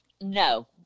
no